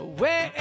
Away